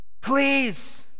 please